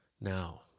Now